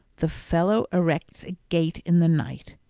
the fellow erects a gate in the night.